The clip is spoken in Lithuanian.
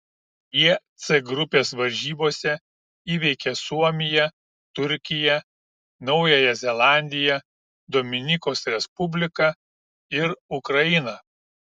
jie c grupės varžybose įveikė suomiją turkiją naująją zelandiją dominikos respubliką ir ukrainą